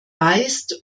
weist